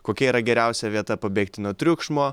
kokia yra geriausia vieta pabėgti nuo triukšmo